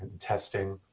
testing.